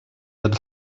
had